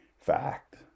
fact